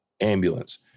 Ambulance